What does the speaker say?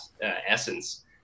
essence